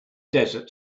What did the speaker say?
desert